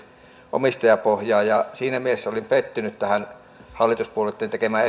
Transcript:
omistajapohjaa siinä mielessä olin pettynyt tähän hallituspuolueitten tekemään